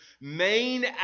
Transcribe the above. main